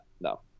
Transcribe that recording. No